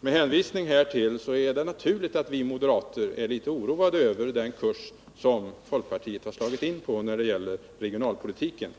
Med hänvisning härtill är det naturligt att vi moderater är litet oroade över den kurs som folkpartiet slagit in på när det gäller regionalpolitiken.